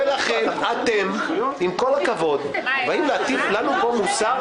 לכן אתם, עם כל הכבוד, באים להטיף לנו מוסר?